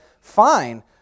Fine